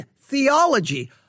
theology